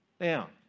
now